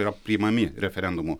yra priimami referendumu